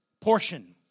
portion